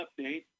update